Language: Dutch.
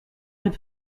het